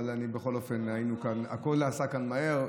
אבל בכל אופן הכול נעשה כאן מהר,